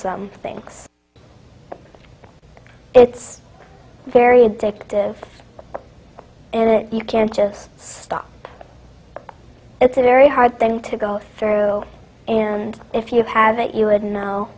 some things it's very addictive you can't just stop it's a very hard thing to go through and if you've had that you would know